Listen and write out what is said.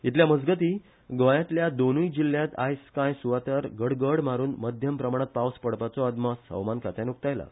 इतल्या मजगती गोंयातल्या दोनुय जिल्ल्यात आयज काय सुवातार गडगड मारून मध्यम प्रमाणात पावस पडपाचो अदमास हवामान खात्यान उक्तायला